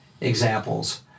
examples